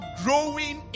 growing